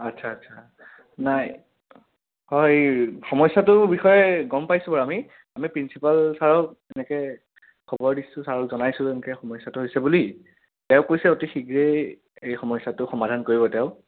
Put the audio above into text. আচ্ছা আচ্ছা নাই হয় সমস্যাটোৰ বিষয়ে গম পাইছোঁ বাৰু আমি আমি প্ৰিঞ্চিপাল ছাৰক তেনেকৈ খবৰ দিছোঁ ছাৰক জনাইছোঁ তেনেকৈ সমস্যাটো হৈছে বুলি তেওঁ কৈছে অতি শীঘ্ৰেই এই সমস্যাটো সমাধান কৰিব তেওঁ